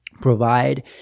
provide